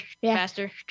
Faster